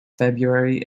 february